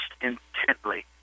intently